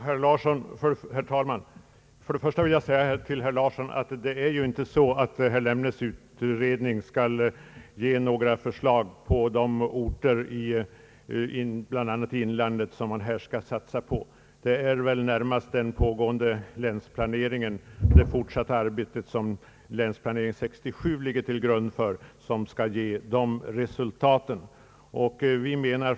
Herr talman! Först och främst vill jag säga till herr Åke Larsson att det inte är så att herr Lemnes utredning skall lämna några förslag på de orter bl.a. i inlandet som man skall satsa på. Det är väl närmast den pågående länsplaneringen och det fortsatta arbete som Länsplanering 1967 ligger till grund för som skall ge de resultaten.